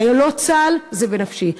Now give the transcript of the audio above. חיילות צה"ל, זה בנפשי.